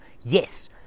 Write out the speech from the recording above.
Yes